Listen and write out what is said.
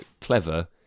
clever